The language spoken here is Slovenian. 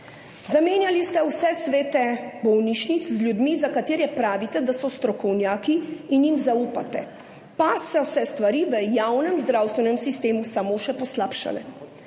Zamenjali ste vse svete bolnišnic z ljudmi, za katere pravite, da so strokovnjaki in jim zaupate. Pa so se stvari v javnem zdravstvenem sistemu samo še poslabšale.